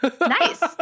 Nice